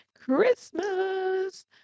Christmas